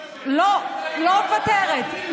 לא, לא מוותרת.